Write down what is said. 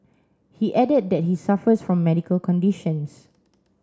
he added that he suffers from medical conditions